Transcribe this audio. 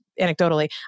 anecdotally